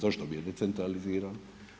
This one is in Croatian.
Zašto bi je decentralizirali?